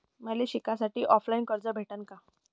मले शिकासाठी ऑफलाईन कर्ज भेटन का?